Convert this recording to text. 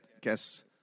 guess